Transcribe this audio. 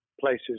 places